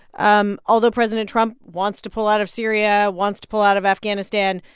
um although president trump wants to pull out of syria, wants to pull out of afghanistan,